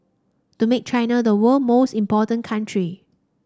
to make China the world most important country